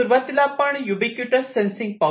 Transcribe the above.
सुरुवातीला आपण ubiquitous sensing पाहू